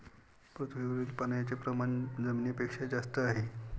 पृथ्वीवरील पाण्याचे प्रमाण जमिनीपेक्षा जास्त आहे